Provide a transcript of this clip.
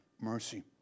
mercy